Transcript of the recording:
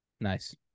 Nice